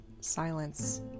silence